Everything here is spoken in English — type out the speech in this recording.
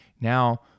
now